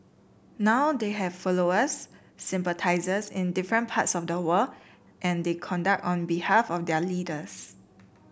now they have followers sympathisers in different parts of the world and they conduct on behalf of their leaders